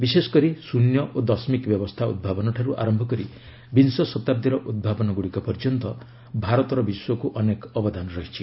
ବିଶେଷକରି ଶ୍ଚନ୍ୟ ଓ ଦଶମିକ ବ୍ୟବସ୍ଥା ଉଭାବନ ଠାରୁ ଆରମ୍ଭ କରି ବିଂଶ ଶତାବ୍ଦୀର ଉଭାବନ ଗୁଡ଼ିକ ପର୍ଯ୍ୟନ୍ତ ଭାରତର ବିଶ୍ୱକୁ ଅନେକ ଅବଦାନ ରହିଛି